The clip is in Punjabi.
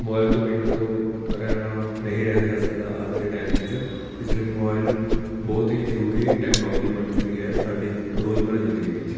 ਮੋਬਾਇਲ ਤੋਂ ਬਿਨਾਂ ਤੋਂ ਰਿਹ ਨਹੀਂ ਰਿਹਾ ਜਾ ਸਕਦਾ ਅੱਜ ਦੇ ਟਾਈਮ ਵਿੱਚ ਇਸ ਲਈ ਮੋਬਾਇਲ ਬਹੁਤ ਹੀ ਜ਼ਰੂਰੀ ਟੈਕਨੋਲੋਜੀ ਬਣ ਚੁੱਕੀ ਹੈ ਸਾਡੀ ਰੋਜ਼ਮਰਾ ਜ਼ਿੰਦਗੀ ਵਿੱਚ